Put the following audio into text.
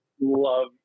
love